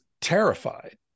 terrified